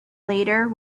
later